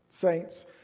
saints